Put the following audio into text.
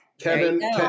Kevin